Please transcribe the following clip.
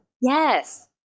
Yes